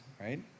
right